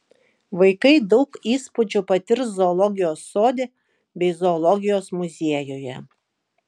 vaikai daug įspūdžių patirs zoologijos sode bei zoologijos muziejuje